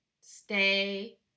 stay